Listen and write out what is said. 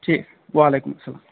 ٹھیٖک وَعلَیکُم اَسَلام